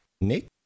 Nick